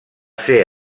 ser